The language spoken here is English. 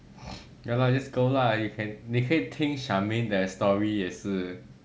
ya lah just go lah you can 可以听 charmaine 的 story 也是